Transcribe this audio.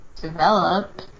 Develop